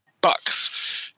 bucks